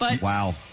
Wow